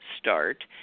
Start